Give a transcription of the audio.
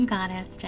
Goddess